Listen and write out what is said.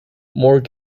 moore